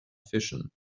fission